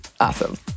Awesome